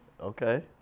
Okay